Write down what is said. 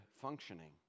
functioning